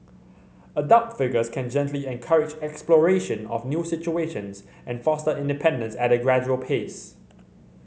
adult figures can gently encourage exploration of new situations and foster independence at a gradual pace